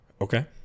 Okay